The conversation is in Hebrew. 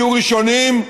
תהיו ראשונים,